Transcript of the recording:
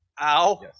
Ow